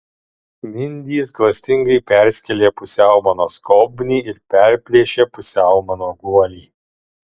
mindys klastingai perskėlė pusiau mano skobnį ir perplėšė pusiau mano guolį